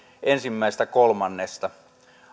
ensimmäistä kolmannesta